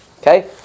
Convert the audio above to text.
Okay